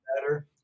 better